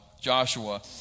Joshua